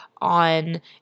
on